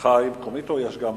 לצריכה מקומית או גם לייצוא?